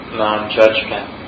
non-judgment